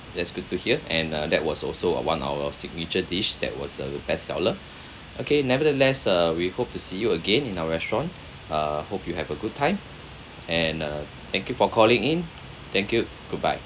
that's good to hear and uh that was also uh one of our signature dish that was a best seller okay nevertheless uh we hope to see you again in our restaurant uh hope you have a good time and uh thank you for calling in thank you goodbye